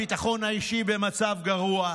הביטחון האישי במצב גרוע,